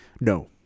No